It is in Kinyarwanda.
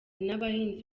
n’abahinzi